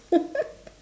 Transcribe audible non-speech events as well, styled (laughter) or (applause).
(laughs)